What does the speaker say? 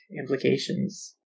implications